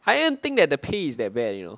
I don't think that the pay is that bad you know